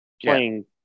playing